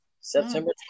September